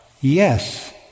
yes